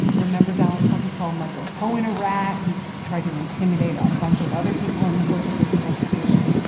remember, donald trump has called michael cohen a rat. he's tried to intimidate a a bunch of other people in the course of this investigation.